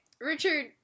Richard